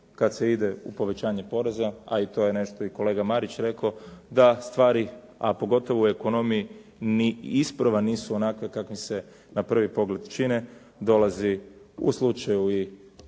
kad se ide u povećanje poreza, a i to je nešto i kolega Marić rekao da stvari, a pogotovo u ekonomiji ni isprva nisu onakve kakvim se na prvi pogled čine. Dolazi u slučaju i